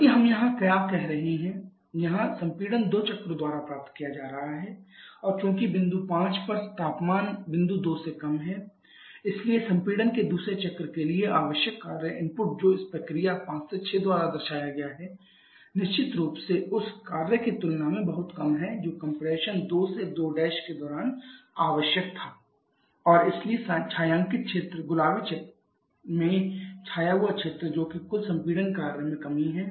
बल्कि हम यहाँ क्या कर रहे हैं यहाँ संपीड़न दो चरणों द्वारा प्राप्त किया जा रहा है और चूंकि बिंदु 5 पर तापमान तापमान बिंदु 2 से कम है इसलिए संपीड़न के दूसरे चरण के लिए आवश्यक कार्य इनपुट जो इस प्रक्रिया 5 से 6 द्वारा दर्शाया गया है निश्चित रूप से उस काम की तुलना में बहुत कम है जो कम्प्रेशन 2 से 2' के दौरान आवश्यक था और इसलिए छायांकित क्षेत्र गुलाबी में छाया हुआ क्षेत्र जो कि कुल संपीड़न कार्य में कमी है